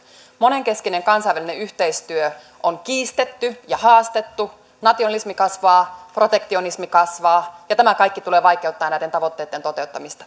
monenkeskinen kansainvälinen yhteistyö on kiistetty ja haastettu nationalismi kasvaa protektionismi kasvaa ja tämä kaikki tulee vaikeuttamaan näitten tavoitteitten toteuttamista